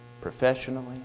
professionally